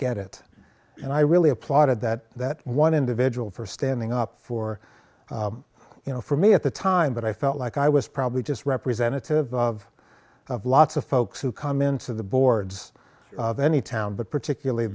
get it and i really applauded that that one individual for standing up for you know for me at the time but i felt like i was probably just representative of of lots of folks who come into the boards of any town but particularly